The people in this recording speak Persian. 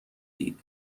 دید